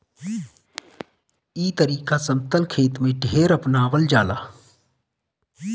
ई तरीका समतल खेत में ढेर अपनावल जाला